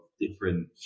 different